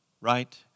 right